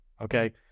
okay